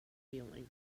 feeling